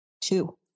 two